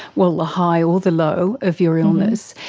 well, the high or the low of your illness,